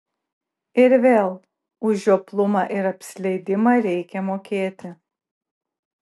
ir vėl už žioplumą ir apsileidimą reikia mokėti